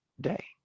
day